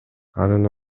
анын